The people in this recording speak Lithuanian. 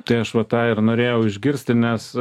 tai aš va tą ir norėjau išgirsti nes